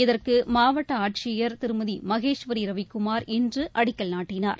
இதற்கு மாவட்ட ஆட்சியர் திருமதி மகேஸ்வரி ரவிக்குமார் இன்று அடிக்கல் நாட்டினார்